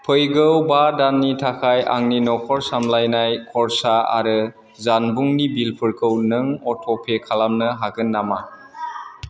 फैगौ बा दाननि थाखाय आंनि न'खर सामलायनाय खर्सा आरो जानबुंनि बिलफोरखौ नों अट'पे खालामनो हागोन नामा